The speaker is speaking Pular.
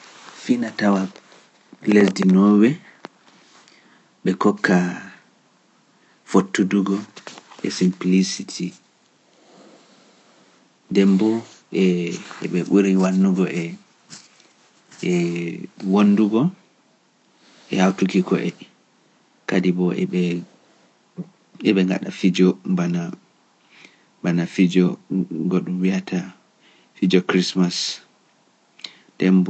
Finatawa lesdi nowe ɓe kokka fottudugo e simplicity. Dembo e ɓe ɓuri wannugo e wondugo e hawtuki ko e kadi bo eɓe gaɗa fijo mbana fijo goɗngo wi'ata fijo Christmas. Dembo.